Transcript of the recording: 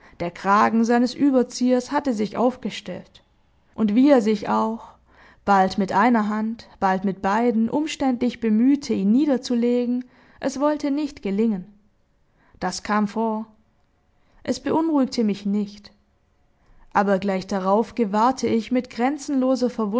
der kragen seines überziehers hatte sich aufgestellt und wie er sich auch bald mit einer hand bald mit beiden umständlich bemühte ihn niederzulegen es wollte nicht gelingen das kam vor es beunruhigte mich nicht aber gleich darauf gewahrte ich mit grenzenloser